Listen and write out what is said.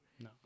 no